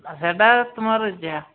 ଏଇଟା ତୁମର ଯେ